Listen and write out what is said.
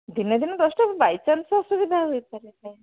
ଦିନେ ଦିନେ ଦଶଟା ବାଇଚାନ୍ସ ଅସୁବିଧା ହୋଇପାରିଥାଏ